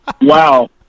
Wow